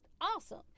awesome